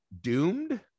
doomed